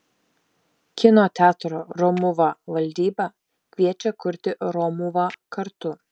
kino teatro romuva valdyba kviečia kurti romuvą kartu